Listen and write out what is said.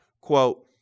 quote